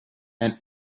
and